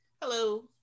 Hello